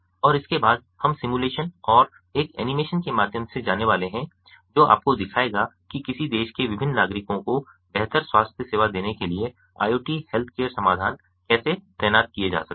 और इसके बाद हम सिमुलेशन और एक एनीमेशन के माध्यम से जाने वाले हैं जो आपको दिखाएगा कि किसी देश के विभिन्न नागरिकों को बेहतर स्वास्थ्य सेवा देने के लिए IoT हेल्थकेयर समाधान कैसे तैनात किए जा सकते हैं